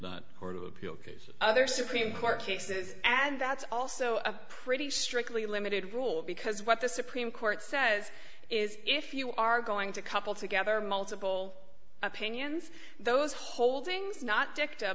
the appeal because other supreme court cases and that's also a pretty strictly limited rule because what the supreme court says is if you are going to couple together multiple opinions those holdings not picked up